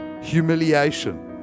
Humiliation